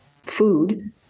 food